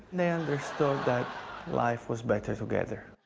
they understood that life was better together.